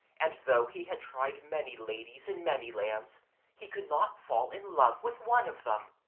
and though he had tried many ladies in many lands he could not fall in love with one of them.